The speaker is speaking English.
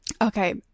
Okay